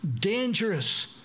dangerous